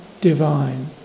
divine